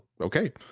okay